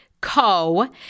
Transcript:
Co